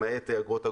למעט אגרות הגודש,